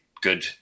good